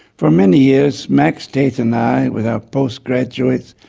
for many years, max tate and i with our postgraduates,